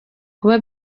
kuba